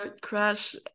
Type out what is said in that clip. crash